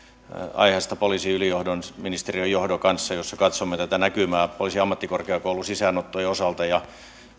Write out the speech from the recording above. aiheesta poliisiylijohdon ministeriön johdon kanssa jossa katsomme tätä näkymää poliisiammattikorkeakoulun sisäänottojen osalta ja